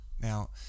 Now